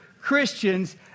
Christians